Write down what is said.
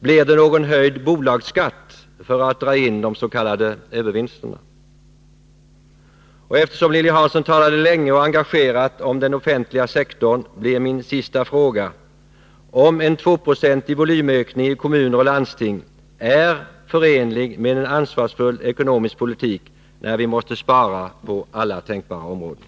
Blir det någon höjning av bolagsskatten för att dra in de s.k. övervinsterna? Eftersom Lilly Hansson talade länge och engagerat om den offentliga sektorn, vill jag till sist också fråga om en 2-procentig volymökning i kommuner och landsting är förenlig med en ansvarsfull ekonomisk politik, då vi måste spara på alla tänkbara områden.